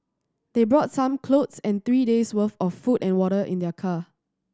they brought some clothes and three days' worth of food and water in their car